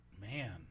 man